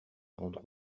rendre